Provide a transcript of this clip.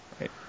Right